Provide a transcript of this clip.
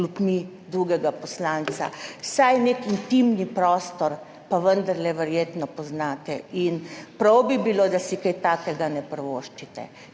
klopmi drugega poslanca, vsaj nek intimni prostor pa vendarle verjetno poznate in prav bi bilo, da si kaj takega ne privoščite.